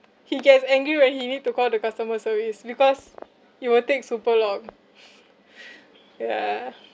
he gets angry when he need to call the customer service because it will take super long yeah